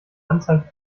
anzeichen